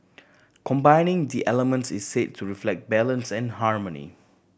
combining the elements is said to reflect balance and harmony